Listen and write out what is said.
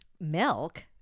Milk